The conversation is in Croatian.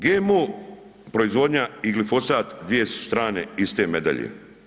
GMO proizvodnja i glifosat dvije su strane iste medalje.